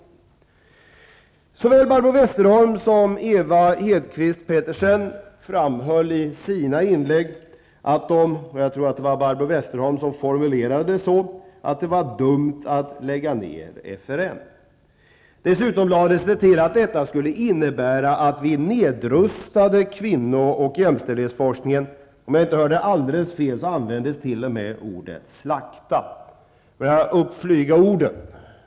Petersen framhöll i sina inlägg att det var dumt att lägga ner FRN. Jag tror att det var Barbro Westerholm som formulerade det så. Dessutom lades det till att det skulle innebära att vi nedrustade kvinno och jämställdhetsforskningen. Om jag inte hörde alldeles fel så användes t.o.m. ordet slakta. Upp flyga orden.